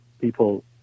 people